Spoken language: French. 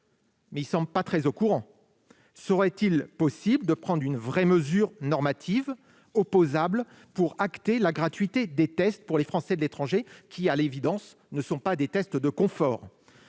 pharmaciens ne semblent pas très au courant ! Serait-il possible de prendre une véritable mesure normative opposable afin d'acter la gratuité des tests pour les Français de l'étranger ? Car, à l'évidence, il ne s'agit pas de tests de confort.